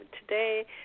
today